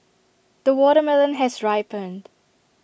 the watermelon has ripened